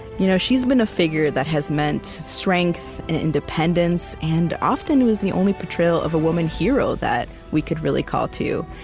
you know she's been a figure that has meant strength and independence and often was the only portrayal of a woman hero that we could really call to.